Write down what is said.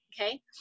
okay